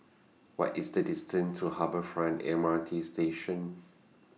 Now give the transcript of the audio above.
What IS The distance to Harbour Front M R T Station